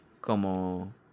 Como